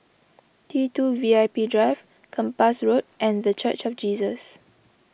T two V I P Drive Kempas Road and the Church of Jesus